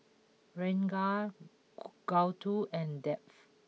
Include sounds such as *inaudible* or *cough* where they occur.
Ranga *noise* Gouthu and Dev